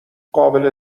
قابل